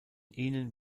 ihnen